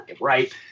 Right